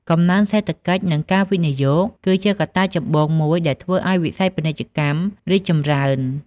កំណើនសេដ្ឋកិច្ច និងការវិនិយោគ គឺជាកត្តាចម្បងមួយដែលធ្វើឱ្យវិស័យពាណិជ្ជកម្មរីកចម្រើន។